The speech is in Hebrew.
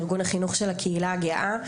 ארגון החינוך של הקהילה הגאה.